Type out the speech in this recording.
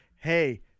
hey